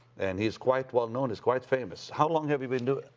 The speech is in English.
and he's quite well known. he's quite famous. how long have you been doing it?